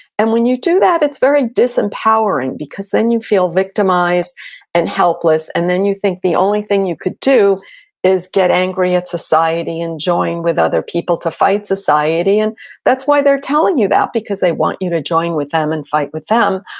and when you do that, it's very disempowering because then you feel victimized and helpless, and then you think the only thing you could do is get angry at society and join with other people to fight society, and that's why they're telling you that, because they want you to join with them and fight with them.